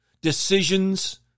decisions